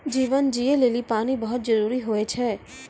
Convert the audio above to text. जीवन जियै लेलि पानी बहुत जरूरी होय छै?